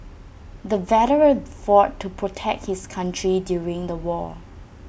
the veteran fought to protect his country during the war